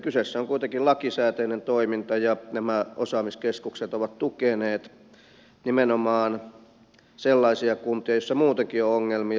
kyseessä on kuitenkin lakisääteinen toiminta ja nämä osaamiskeskukset ovat tukeneet nimenomaan sellaisia kuntia joissa muutenkin on ongelmia